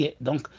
donc